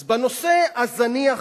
אז בנושא הזניח,